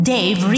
Dave